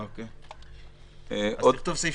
תוסיף